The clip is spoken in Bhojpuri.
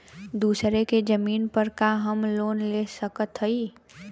दूसरे के जमीन पर का हम लोन ले सकत हई?